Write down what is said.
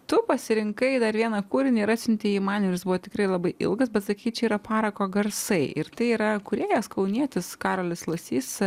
tu pasirinkai dar vieną kūrinį ir atsiuntei jį man ir buvo tikrai labai ilgas bet sakyk yra parako garsai ir tai yra kūrėjas kaunietis karolis lasys